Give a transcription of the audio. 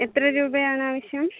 എത്ര രൂപയാണാവശ്യം